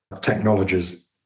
technologies